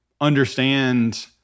understand